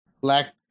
Black